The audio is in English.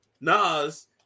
Nas